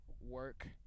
work